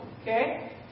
Okay